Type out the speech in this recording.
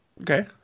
Okay